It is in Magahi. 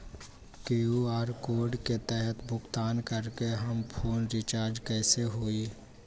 कियु.आर कोड के तहद भुगतान करके हम फोन रिचार्ज कैसे होई?